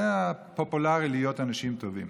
זה הפופולרי: להיות אנשים טובים.